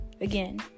Again